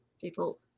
people